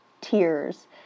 tears